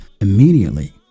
immediately